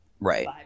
Right